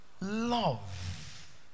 love